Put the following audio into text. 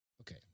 Okay